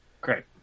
Great